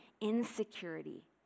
insecurity